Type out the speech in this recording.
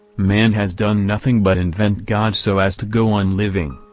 man has done nothing but invent god so as to go on living,